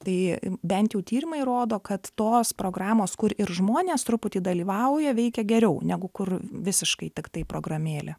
tai bent jau tyrimai rodo kad tos programos kur ir žmonės truputį dalyvauja veikia geriau negu kur visiškai tiktai programėlė